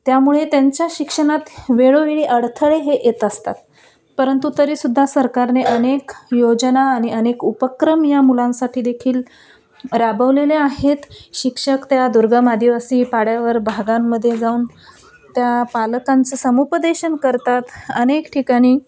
त्यामुळे त्यांच्या शिक्षणात वेळोवेळी अडथळे हे येत असतात परंतु तरीसुद्धा सरकारने अनेक योजना आणि अनेक उपक्रम या मुलांसाठी देखील राबवलेल्या आहेत शिक्षक त्या दुर्गम आदिवासी पाड्यावर भागांमध्ये जाऊन त्या पालकांचं समूपदेशन करतात अनेक ठिकाणी